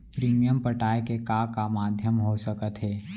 Premium पटाय के का का माधयम हो सकत हे?